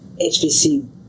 HVC